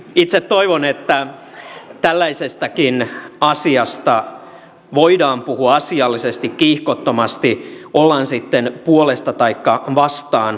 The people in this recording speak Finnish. itse toivon että tällaisestakin asiasta voidaan puhua asiallisesti kiihkottomasti ollaan sitten puolesta taikka vastaan